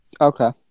Okay